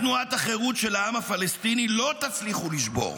תנועת החירות של העם הפלסטיני לא תצליחו לשבור.